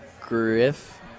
Griff